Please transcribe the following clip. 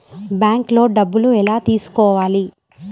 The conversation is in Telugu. బ్యాంక్లో డబ్బులు ఎలా తీసుకోవాలి?